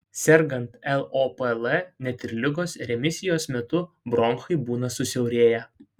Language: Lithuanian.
sergant lopl net ir ligos remisijos metu bronchai būna susiaurėję